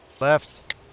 Left